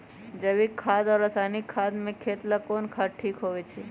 जैविक खाद और रासायनिक खाद में खेत ला कौन खाद ठीक होवैछे?